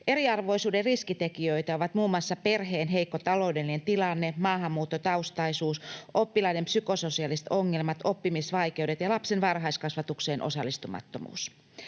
Eriarvoisuuden riskitekijöitä ovat muun muassa perheen heikko taloudellinen tilanne, maahanmuuttotaustaisuus, oppilaiden psykososiaaliset ongelmat, oppimisvaikeudet ja lapsen varhaiskasvatukseen osallistumattomuus.